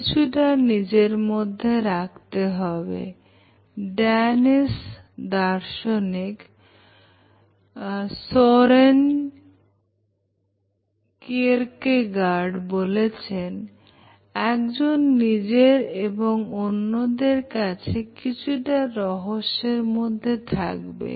কিছুটা নিজের মধ্যে রাখতে হবে Danish দার্শনিক Soren kierkegaard বলেছেন একজন নিজের এবং অন্যদের কাছে কিছুটা রহস্যের মধ্যে থাকবে